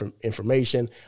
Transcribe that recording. information